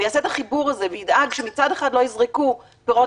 יעשה את החיבור הזה וידאג שמצד אחד לא יזרקו פירות